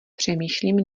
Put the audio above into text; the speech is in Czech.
přemýšlím